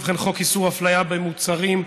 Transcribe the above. חוק איסור הפליה במוצרים,